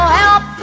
help